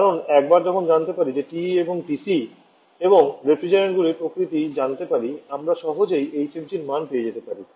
কারণ একবার যখন জানতে পারি যে টিই এবং টিসি এবং রেফ্রিজারেন্টগুলির প্রকৃতি জানতে পারি আমরা সহজেই HFGর মান পেতে পারি